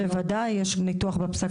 בוודאי, יש ניתוח בפסק הדין.